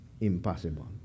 impossible